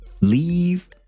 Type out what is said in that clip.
leave